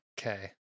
okay